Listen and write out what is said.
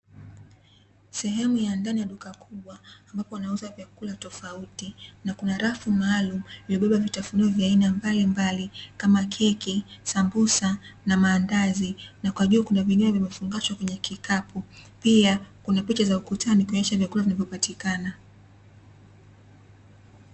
Sehemu ya ndani ya duka kubwa ambapo wanauza vyakula tofauti, na kuna rafu maalumu inayobeba vitafunio vya aina mbalimbali kama keki, sambusa na maandazi na kwa juu kuna vingine vimefungashwa kwenye kikapu, pia kuna picha za ukutani kuonesha vyakula vinavopatikana.